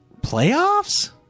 Playoffs